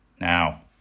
now